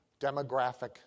demographic